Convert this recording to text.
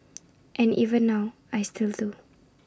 and even now I still do